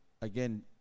again